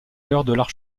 l’intérieur